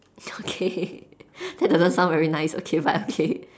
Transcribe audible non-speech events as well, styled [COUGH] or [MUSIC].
[LAUGHS] okay that doesn't sound very nice okay but okay